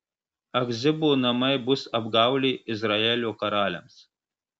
achzibo namai bus apgaulė izraelio karaliams